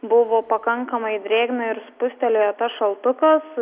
buvo pakankamai drėgna ir spustelėjo tas šaltukas